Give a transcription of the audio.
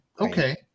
okay